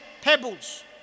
Pebbles